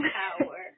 power